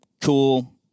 cool